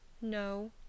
No